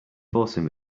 forcing